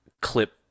clip